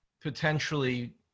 potentially